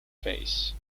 face